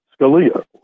Scalia